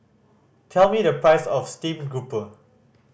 tell me the price of steamed grouper